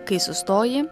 kai sustoji